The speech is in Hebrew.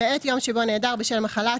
למעט יום שבו נעדר בשל מחלה,